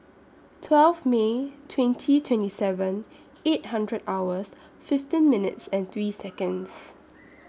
twelve May twenty twenty seven eight hundred hours fifteen minutes and three Seconds